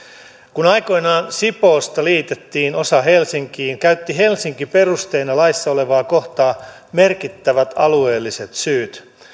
kun aikoinaan sipoosta liitettiin osa helsinkiin käytti helsinki perusteena laissa olevaa kohtaa merkittävät alueelliset syyt